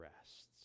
rests